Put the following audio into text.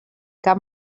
cap